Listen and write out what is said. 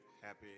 happy